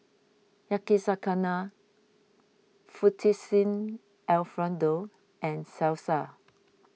Yakizakana Fettuccine Alfredo and Salsa